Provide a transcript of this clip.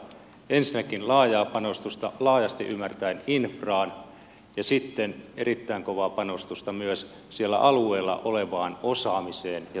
ensinnäkin laajaa panostusta laajasti ymmärtäen infraan ja sitten erittäin kovaa panostusta myös siellä alueella olevaan osaamiseen ja tuotekehitykseen